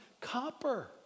copper